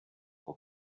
for